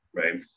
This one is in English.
right